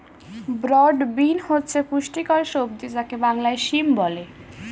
broad bean হচ্ছে পুষ্টিকর সবজি যাকে বাংলায় সিম বলে